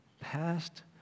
past